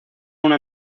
una